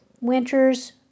Winters